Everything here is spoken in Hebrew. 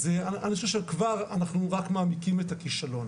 אז אני חושב שכבר אנחנו רק מעמיקים את הכישלון.